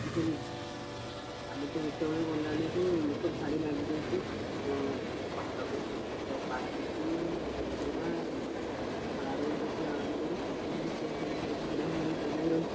ଆଜିକାଲି ଆମେ ତ ଯେତେବେଳେ ଗଲା ବେଳକୁ ଲୋକ ଧାଡ଼ି ଲାଗିଛନ୍ତି କଟକ ପାରାଦ୍ଵୀପ ଏରସମା ଶାରଳା ରୋଡ଼୍ ପାଖୁରୁ ଆରମ୍ଭ କରିକି ସବୁଠି ଲୋକ ଖାଲି ଭିଡ଼ ହୋଇକି ଜମିକି ରହିଛି